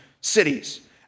cities